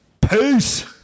Peace